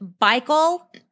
Michael